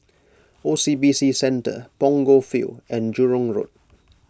O C B C Centre Punggol Field and Jurong Road